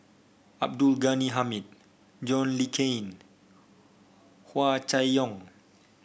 Abdul Ghani Hamid John Le Cain Hua Chai Yong